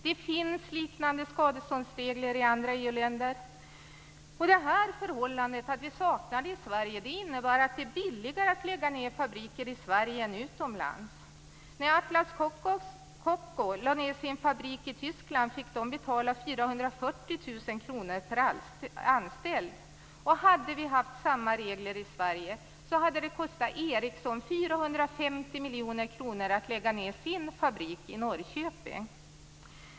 Det finns liknande skadeståndsregler i andra EU-länder. Det här förhållandet att vi saknar det i Sverige innebär att det är billigare att lägga ned fabriker i Sverige än utomlands. När Atlas Copco lade ned sin fabrik i Tyskland fick de betala 440 000 kr per anställd. Om vi hade haft samma regler i Sverige hade det kostat Ericsson 450 miljoner kronor att lägga ned sin fabrik i Norrköping.